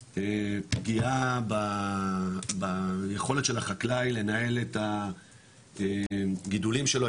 פגיעה ביכולת של החקלאי לנהל את הגידולים שלו,